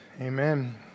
Amen